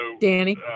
Danny